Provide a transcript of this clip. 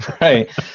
Right